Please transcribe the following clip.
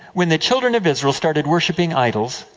when the children of israel started worshiping idols,